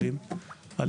נכדים של עולים,